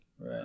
Right